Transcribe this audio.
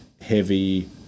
heavy